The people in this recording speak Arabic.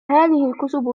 الكتب